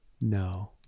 No